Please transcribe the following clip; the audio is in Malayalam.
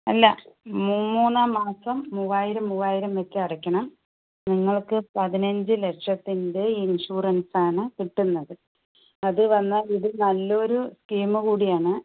അല്ല മു മൂന്നാം മാസം മൂവായിരം മൂവായിരം വെച്ച് അടയ്ക്കണം നിങ്ങൾക്ക് പതിനഞ്ച് ലക്ഷത്തിൻ്റെ ഇൻഷുറൻസാണ് കിട്ടുന്നത് അത് വന്നാൽ ഇത് നല്ലോരു സ്കീം കൂടിയാണ്